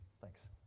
thanks